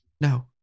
No